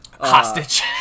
Hostage